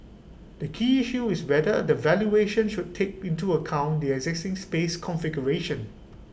the key issue is whether the valuation should take into account the existing space configuration